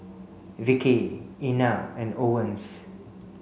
Vickey Inell and Owens